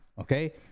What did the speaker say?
okay